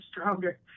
stronger